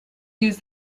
use